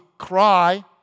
cry